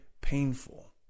painful